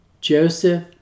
Joseph